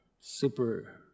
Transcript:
super